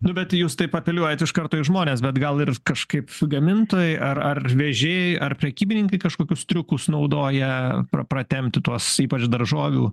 nu bet jūs taip apeliuojat iš karto į žmones bet gal ir kažkaip gamintojai ar ar vežėjai ar prekybininkai kažkokius triukus naudoja pra pratempti tuos ypač daržovių